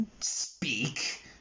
Speak